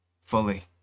fully